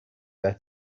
their